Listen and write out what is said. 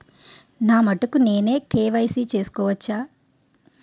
నా మటుకు నేనే కే.వై.సీ చేసుకోవచ్చా?